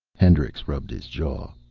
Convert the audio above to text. hendricks rubbed his jaw.